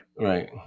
right